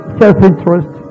self-interest